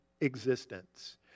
existence